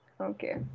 Okay